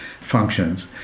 functions